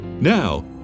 Now